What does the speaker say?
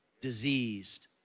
diseased